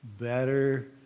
Better